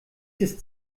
ist